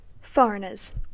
Foreigners